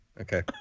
Okay